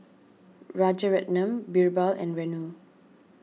Rajaratnam Birbal and Renu